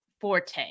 forte